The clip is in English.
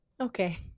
Okay